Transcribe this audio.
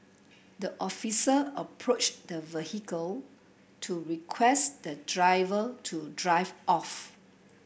the officer approached the vehicle to request the driver to drive off